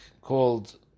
called